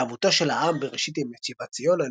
התלהבותו של העם בראשית ימי שיבת ציון,